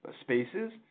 spaces